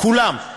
כולם.